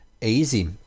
easy